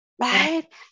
right